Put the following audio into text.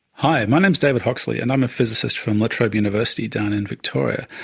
hi, my name is david hoxley and i'm a physicist from la trobe university down in victoria,